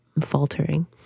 faltering